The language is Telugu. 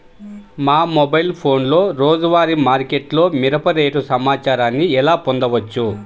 మా మొబైల్ ఫోన్లలో రోజువారీ మార్కెట్లో మిరప రేటు సమాచారాన్ని ఎలా పొందవచ్చు?